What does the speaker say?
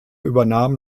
übernahm